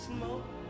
Smoke